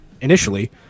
initially